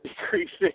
decreasing